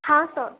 हां सर